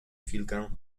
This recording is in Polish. chwilkę